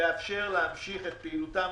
שיאפשר להמשיך את פעילותם.